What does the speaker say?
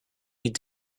need